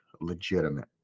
legitimate